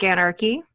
Anarchy